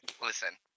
Listen